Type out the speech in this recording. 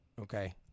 Okay